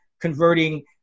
converting